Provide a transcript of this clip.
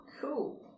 Cool